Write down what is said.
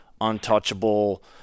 untouchable